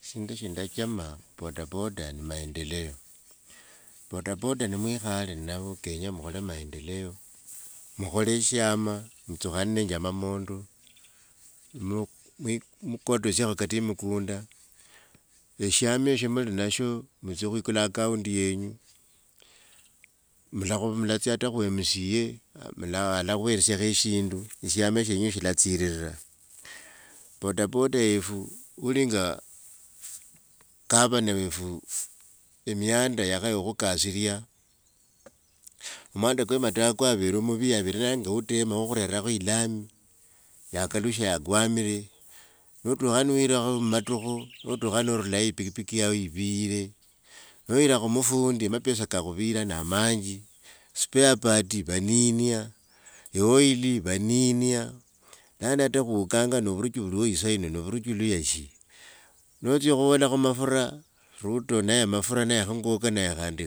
Shindu sha ndachama bodaboda ni maendeleo. Bodaboda ni mwikhale ni navo kenya mukhole maendeleo, mukhole shiama mutsukhanenje mamondo mu, mukotesiako kata mikunda, eshama esho muli nasho mutsia khwikula account yenyu, ola, mlatsya hata khu mca mla, alakhweresiakho eshindu shama shenyu shilatsarira. Bodaboda yefu ulinga governor wefu emianda yakhaya khu kasirya. Mwanda kwa mataya kwavere muvi yaverenge u tema yakhurerekho i lami, yakalushe yakwamire notukha yaha niwira mumatukho notukha norulayo pikipiki yava iviyire, noyira khu mufundi mapesa kakhuvira na amanji, spare part vaninia yi oil vaninia. Yaani hata khuukanga no vurichi vuliwo isaa yino no vuruchi luya shi? Notsia khuvolakho mafura, ruto naye mafura naye kho ngoko naye, khandi